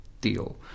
deal